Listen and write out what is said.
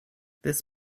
this